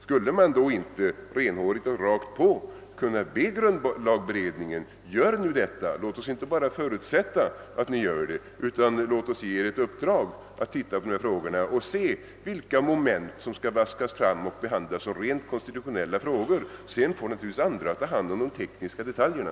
Skulle man då inte renhårigt och rakt på sak kunna be grundlagberedningen = att granska dessa frågor och inte bara förutsätta att den gör det? Låt oss ge den i uppdrag att fundera över dessa frågor för att komma underfund med vilka moment som skall vaskas fram och behandlas som rent konstitutionella frågor! Sedan får naturligtvis andra ta hand om de rent tekniska detaljerna.